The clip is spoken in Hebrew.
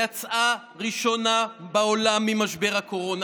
יצאה ראשונה בעולם ממשבר הקורונה.